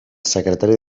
secretari